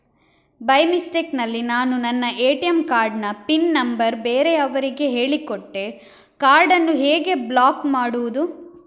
By mistake ನಲ್ಲಿ ನಾನು ನನ್ನ ಎ.ಟಿ.ಎಂ ಕಾರ್ಡ್ ನ ಪಿನ್ ನಂಬರ್ ಬೇರೆಯವರಿಗೆ ಹೇಳಿಕೊಟ್ಟೆ ಕಾರ್ಡನ್ನು ಈಗ ಹೇಗೆ ಬ್ಲಾಕ್ ಮಾಡುವುದು?